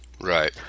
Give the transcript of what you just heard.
Right